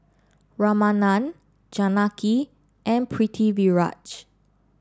Ramanand Janaki and Pritiviraj